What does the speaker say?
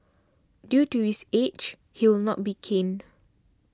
due to his age he will not be caned